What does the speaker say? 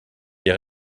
des